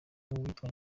uwitwa